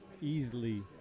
easily